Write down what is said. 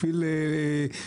בשביל,